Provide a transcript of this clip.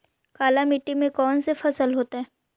काला मिट्टी में कौन से फसल होतै?